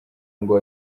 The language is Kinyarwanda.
ngo